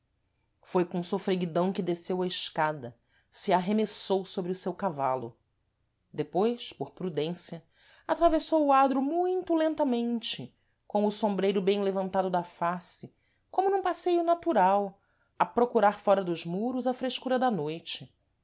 foi com sofreguidão que desceu a escada se arremessou sôbre o seu cavalo depois por prudência atravessou o adro muito lentamente com o sombreiro bem levantado da face como num passeio natural a procurar fóra dos muros a frescura da noite